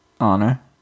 Honor